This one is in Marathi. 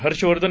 हर्षवर्धन